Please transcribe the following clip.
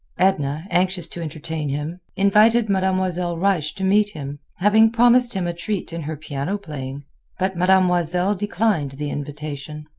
edna, anxious to entertain him, invited mademoiselle reisz to meet him, having promised him a treat in her piano playing but mademoiselle declined the invitation.